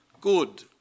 good